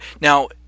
now